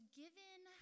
given